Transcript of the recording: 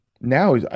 now